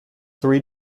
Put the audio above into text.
three